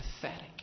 pathetic